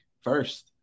first